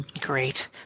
Great